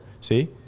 see